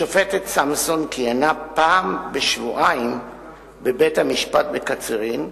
השופטת סמסון כיהנה פעם בשבועיים בבית-המשפט בקצרין,